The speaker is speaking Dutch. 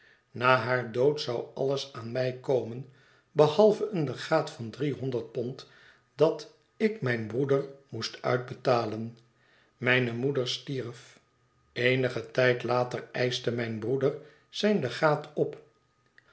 na haar dood zou alles aan mij komen behalve een legaat van drie honderd pond dat ik mijn broeder moest uitbetalen mijne moeder stierf eenigen tijd later eischte mijn broeder zijn legaat op